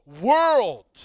world